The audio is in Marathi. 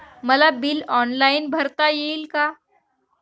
मला बिल ऑनलाईन भरता येईल का?